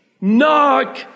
Knock